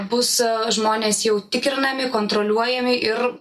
bus žmonės jau tikrinami kontroliuojami ir